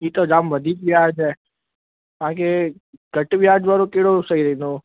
हीअ त जामु वधीकु व्याज आहे पाण खे घटि व्याज वारो कहिड़ो सही रहंदो